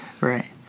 right